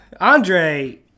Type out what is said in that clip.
Andre